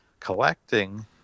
collecting